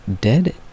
dead